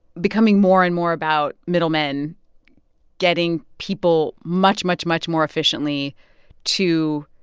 becoming more and more about middlemen getting people much, much, much more efficiently to